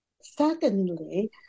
Secondly